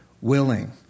willing